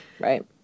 right